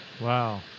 Wow